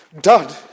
Dad